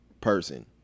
person